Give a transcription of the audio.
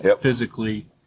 physically